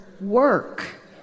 work